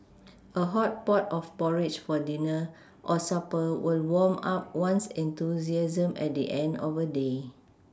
a hot pot of porridge for dinner or supper will warm up one's enthusiasm at the end of a day